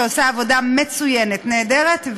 שעושה עבודה מצוינת, נהדרת.